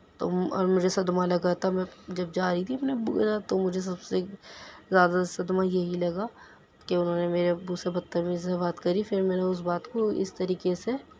تو اور مجھے صدمہ لگا تھا میں جب جا رہی تھی اپنے ابو کے ساتھ تو مجھے سب سے زیادہ صدمہ یہی لگا کہ انہوں میرے ابو سے بدتمیزی سے بات کری پھر میں نے اس بات کو اس طریقہ سے